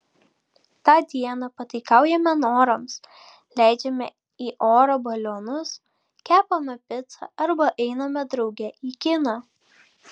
tą dieną pataikaujame norams leidžiame į orą balionus kepame picą arba einame drauge į kiną